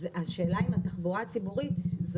אז השאלה אם התחבורה הציבורית זה